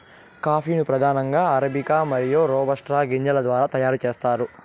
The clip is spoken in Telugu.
కాఫీ ను ప్రధానంగా అరబికా మరియు రోబస్టా గింజల ద్వారా తయారు చేత్తారు